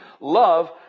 love